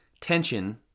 tension—